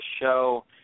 show